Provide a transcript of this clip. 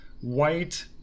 white